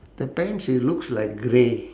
the pants it looks like grey